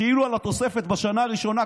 כאילו על התוספת בשנה הראשונה,